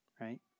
right